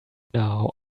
now